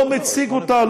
לא מציג אותה,